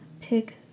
pick